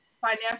Financial